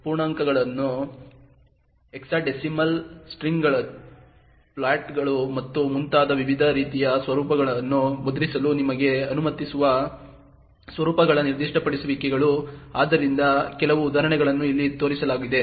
ಪೂರ್ಣಾಂಕಗಳು hexadecimal ಸ್ಟ್ರಿಂಗ್ಗಳು ಫ್ಲೋಟ್ಗಳು ಮತ್ತು ಮುಂತಾದ ವಿವಿಧ ರೀತಿಯ ಸ್ವರೂಪಗಳನ್ನು ಮುದ್ರಿಸಲು ನಿಮಗೆ ಅನುಮತಿಸುವ ಸ್ವರೂಪಗಳ ನಿರ್ದಿಷ್ಟಪಡಿಸುವಿಕೆಗಳು ಆದ್ದರಿಂದ ಕೆಲವು ಉದಾಹರಣೆಗಳನ್ನು ಇಲ್ಲಿ ತೋರಿಸಲಾಗಿದೆ